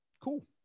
Cool